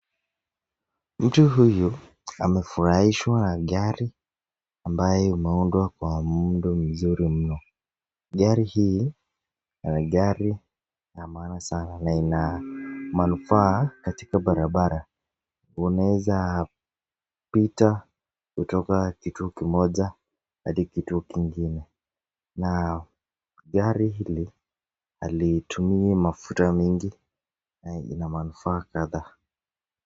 Mtu huyu amefurahishwa na gari ambayo imeundwa kwa muundo mzuri mno gari hii gari la maana sana na ina manufaa katika barabara unaeza pita kutoka kituo kimoja hadi kituo kingine na gari hili halitumii mafuta mingi ina manufaa kadhaa